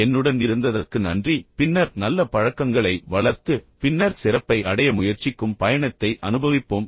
என்னுடன் இருந்ததற்கு நன்றி பின்னர் நல்ல பழக்கங்களை வளர்த்து பின்னர் சிறப்பை அடைய முயற்சிக்கும் பயணத்தை அனுபவிப்போம்